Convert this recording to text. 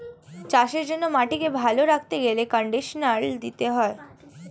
চাষের জন্য মাটিকে ভালো করতে গেলে কন্ডিশনার দিতে হয়